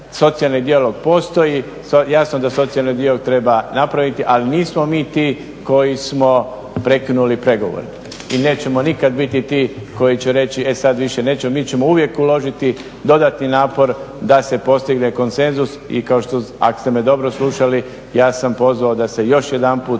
socijalni dijalog postoji, sad jasno da socijalni dio treba napraviti, ali nismo mi ti koji smo prekinuli pregovore i nećemo nikada biti ti koji će reći, e sada više nećemo, mi ćemo uvijek uložiti dodatni napor da se postigne konsenzus i ako ste me dobro slušali, ja sam pozvao da se još jedanput